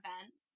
events